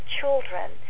children